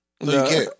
No